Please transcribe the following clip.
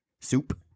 soup